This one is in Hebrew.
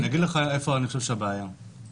אני אגיד לך איפה אני חושב שהבעיה נמצאת.